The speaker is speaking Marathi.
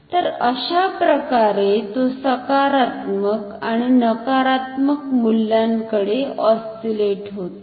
तर अशाप्रकारे तो सकारात्मक आणि नकारात्मक मूल्यांकडे ऑस्सिलेट होतो